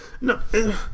No